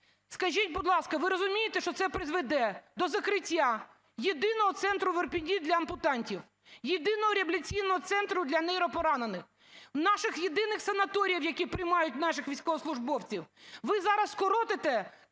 Скажіть, будь ласка, ви розумієте, що це призведе до закриття єдиного центру в Ірпені для ампутантів, єдиного реабілітаційного центру для нейропоранених, наших єдиних санаторіїв, які приймають наших військовослужбовців? Ви зараз скоротите